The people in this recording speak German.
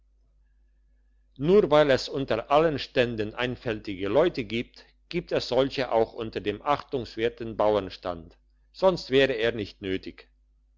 nur weil es unter allen ständen einfältige leute gibt gibt es solche auch unter dem achtungswerten bauernstand sonst wär es nicht nötig